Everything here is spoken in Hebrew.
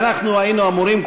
ואנחנו היינו אמורים,